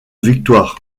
victoire